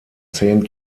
zehn